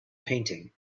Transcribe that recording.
painting